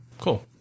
Cool